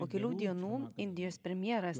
po kelių dienų indijos premjeras